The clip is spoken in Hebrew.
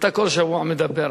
אתה כל שבוע מדבר,